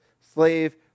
slave